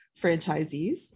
franchisees